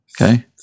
Okay